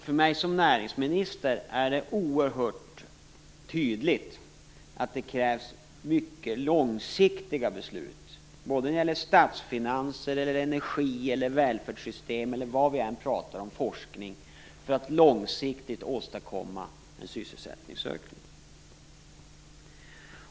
För mig som näringsminister är det oerhört tydligt att det krävs mycket långsiktiga beslut, när det gäller statsfinanser, energi, välfärdssystem, forskning eller vad vi än pratar om, för att långsiktigt åstadkomma en sysselsättningsökning.